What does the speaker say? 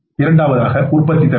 இரண்டாவது உற்பத்தித்திறன்